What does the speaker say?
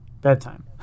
bedtime